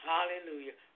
Hallelujah